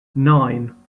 nine